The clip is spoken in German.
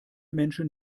menschen